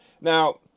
Now